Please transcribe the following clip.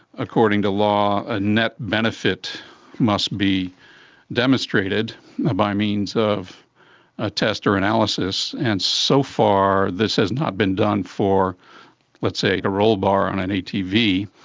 according to law, a net benefit must be demonstrated ah by means of a test or analysis. and so far this has not been done for let's say a rollbar on an atv.